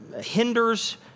hinders